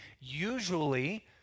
Usually